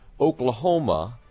Oklahoma